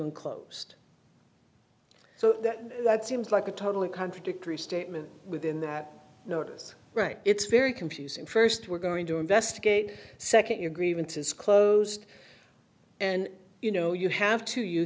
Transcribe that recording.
in closed so that seems like a totally contradictory statement within that noticed right it's very confusing first we're going to investigate second your grievances closed and you know you have to you